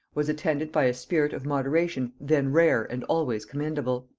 was attended by a spirit of moderation then rare and always commendable.